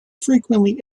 frequently